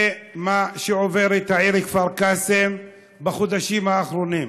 זה מה שעוברת העיר כפר קאסם בחודשים האחרונים.